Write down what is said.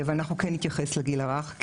אנחנו כן נתייחס לגיל הרך,